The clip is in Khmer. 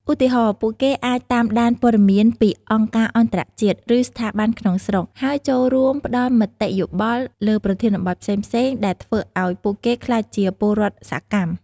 ឧទាហរណ៍ ពួកគេអាចតាមដានព័ត៌មានពីអង្គការអន្តរជាតិ ឬស្ថាប័នក្នុងស្រុក ហើយចូលរួមផ្តល់មតិយោបល់លើប្រធានបទផ្សេងៗ ដែលធ្វើឱ្យពួកគេក្លាយជាពលរដ្ឋសកម្ម ។